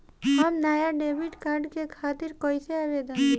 हम नया debit card के खातिर कइसे आवेदन दीं?